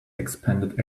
expanded